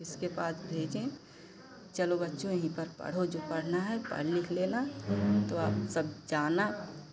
किसके पास भेजें चलो बच्चों यही पर पढ़ो जो पढ़ना है पढ़ लिख लेना तो आप सब जाना